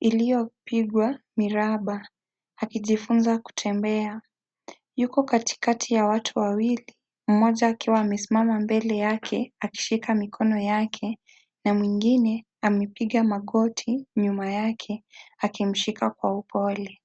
iliyopigwa miraba akijifunza kutembea. Yuko katikati ya watu wawili, mmoja akiwa amesimama mbele yake akishika mikono yake na mwingine amepiga magoti nyuma yake akimshika kwa upole.